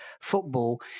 football